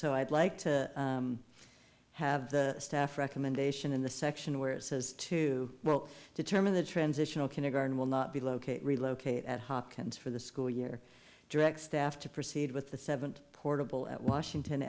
so i'd like to have the staff recommendation in the section where it says to well determine the transitional kindergarten will not be located relocate at hopkins for the school year direct staff to proceed with the seventh portable at washington